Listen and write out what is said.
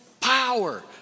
power